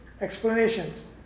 explanations